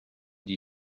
die